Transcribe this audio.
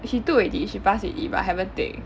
she took already she pass already but I haven't take